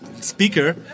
speaker